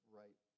right